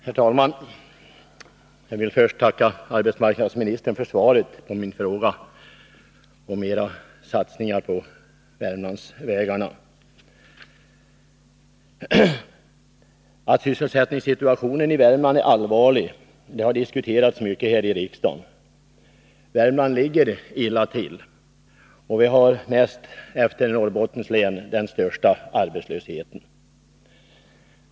Herr talman! Jag vill först tacka arbetsmarknadsministern för svaret på min fråga om ytterligare satsningar på Värmlandsvägarna. Att sysselsättningssituationen i Värmland är allvarlig har diskuterats mycket här i riksdagen. Värmlands län ligger illa till och har näst efter Norrbottens län den största arbetslösheten.